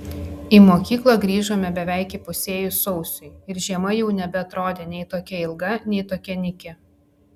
į mokyklą grįžome beveik įpusėjus sausiui ir žiema jau nebeatrodė nei tokia ilga nei tokia nyki